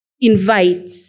invite